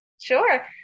Sure